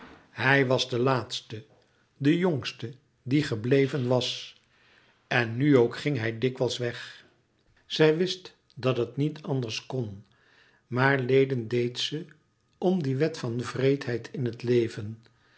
hij was de laatste de jongste die gebleven was en nu ook ging hij dikwijls weg zij wist dat het niet anders kon maar lijden deed ze om die wet van wreedheid in het leven